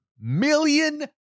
million